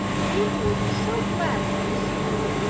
the people will be so glad when they see you!